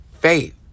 faith